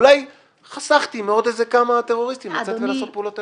אולי חסכתי מעוד כמה טרוריסטים לצאת ולעשות פעולות טרור.